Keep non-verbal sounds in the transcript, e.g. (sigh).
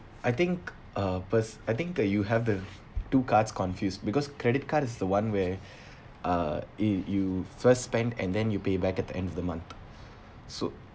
I think uh pers~ I think that you have the two cards confused because credit card is the one where (breath) uh if you first spend and then you pay back at the end of the month so